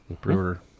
Brewer